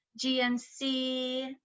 gnc